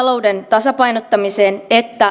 tasapainottamiseen